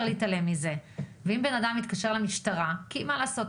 אם מישהו מתקשר למשטרה מה לעשות,